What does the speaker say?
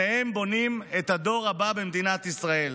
שניהם בונים את הדור הבא במדינת ישראל.